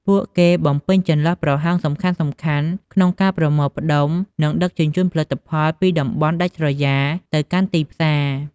ពួកគេបំពេញចន្លោះប្រហោងសំខាន់ៗក្នុងការប្រមូលផ្តុំ និងដឹកជញ្ជូនផលិតផលពីតំបន់ដាច់ស្រយាលទៅកាន់ទីផ្សារ។